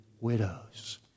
widows